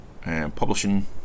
publishing